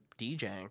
DJing